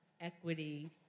equity